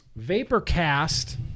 Vaporcast